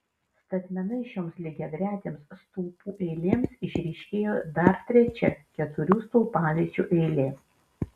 statmenai šioms lygiagretėms stulpų eilėms išryškėjo dar trečia keturių stulpaviečių eilė